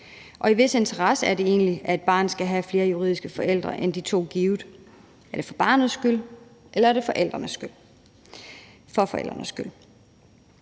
Og i hvis interesse er det egentlig, at et barn skal have flere juridiske forældre end de to givne? Er det for barnets skyld, eller er det for forældrenes skyld?